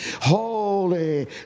holy